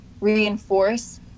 reinforce